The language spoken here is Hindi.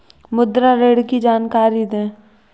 मुद्रा ऋण की जानकारी दें?